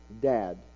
dad